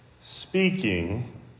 speaking